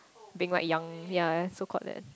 being like young yea so code that